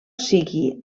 sigui